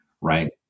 Right